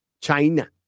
China